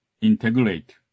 integrate